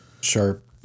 sharp